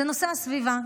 זה נושא הסביבה,